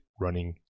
running